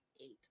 eight